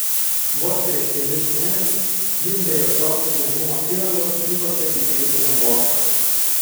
vos prieš kelis mėnesius jis be jokios saugumo įrangos įkopė į eifelio bokštą